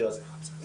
מכחול ודריג'את.